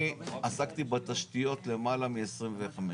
אני עסקתי בתשתיות למעלה מ-25 שנה.